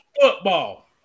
football